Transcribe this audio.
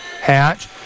Hatch